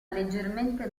leggermente